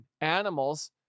animals